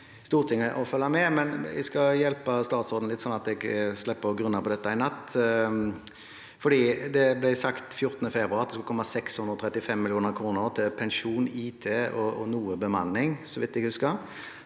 Stortinget å følge med, men jeg skal hjelpe statsråden litt, sånn at jeg slipper å grunne på dette i natt. Den 14. februar ble det sagt at det skulle komme 635 mill. kr til pensjon, IT og noe bemanning – så vidt jeg husker.